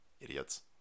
Idiots